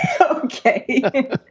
okay